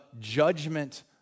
judgment